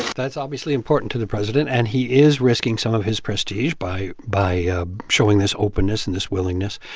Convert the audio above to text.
that's obviously important to the president, and he is risking some of his prestige by by ah showing this openness and this willingness.